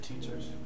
teachers